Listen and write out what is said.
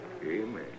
Amen